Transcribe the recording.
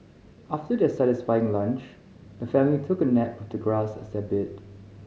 after their satisfying lunch the family took a nap with the grass as their bed